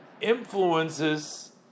influences